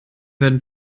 werden